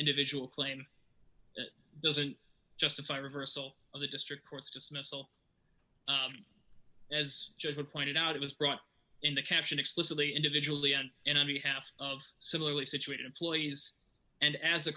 individual claim doesn't justify reversal of the district court's dismissal as judgment pointed out it was brought up in the caption explicitly individually on and on behalf of similarly situated employees and as a